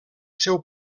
seu